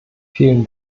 vielen